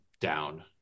down